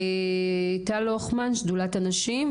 טל הוכמן משדולת הנשים,